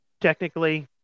technically